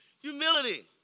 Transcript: humility